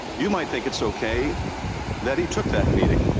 you might think it's okay that he took that meeting.